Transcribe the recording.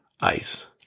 ICE